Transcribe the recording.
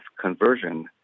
conversion